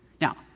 Now